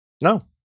no